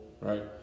right